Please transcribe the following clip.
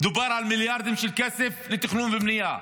דובר על מיליארדים של כסף לתכנון ובנייה,